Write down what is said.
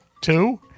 two